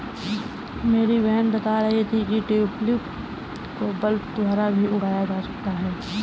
मेरी बहन बता रही थी कि ट्यूलिप को बल्ब द्वारा भी उगाया जा सकता है